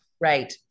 Right